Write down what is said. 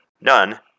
none